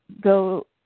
go